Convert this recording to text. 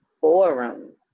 forum